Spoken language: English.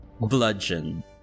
bludgeon